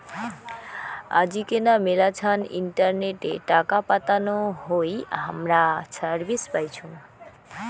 আজিকেনা মেলাছান ইন্টারনেটে টাকা পাতানো হই হামরা সার্ভিস পাইচুঙ